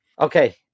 okay